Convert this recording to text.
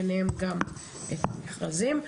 ביניהם גם את המכרזים,